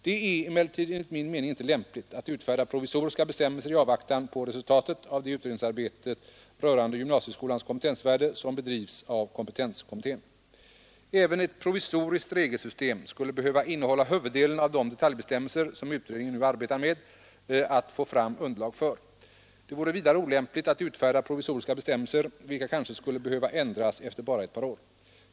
Det är emellertid enligt min mening inte lämpligt att utfärda provisoriska bestämmelser i avvaktan på resultatet av det utredningsarbete rörande gymnasieskolans kompetensvärde som bedrivs av kompetenskommittén. Även ett provisoriskt regelsystem skulle behöva innehålla huvuddelen av de detaljbestämmelser som utredningen nu arbetar med att få fram underlag för. Det vore vidare olämpligt att utfärda provisoriska bestämmelser, vilka kanske skulle behöva ändras efter bara ett par år.